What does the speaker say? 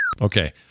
Okay